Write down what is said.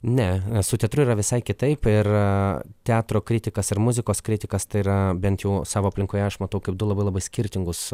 ne su teatru yra visai kitaip ir teatro kritikas ir muzikos kritikas tai yra bent jau savo aplinkoje aš matau kaip du labai labai skirtingus